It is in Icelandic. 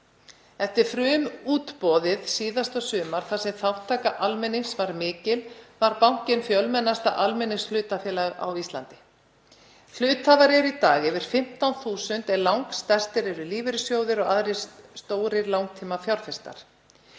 Eftir frumútboðið síðasta sumar, þar sem þátttaka almennings var mikil, var bankinn fjölmennasta almenningshlutafélag á Íslandi. Hluthafar eru í dag yfir 15.000 en langstærstir eru lífeyrissjóðir og aðrir stórir langtímafjárfestar.